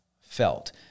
felt